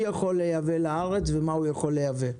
יכול לייבא לארץ ומה הוא יכול לייבא.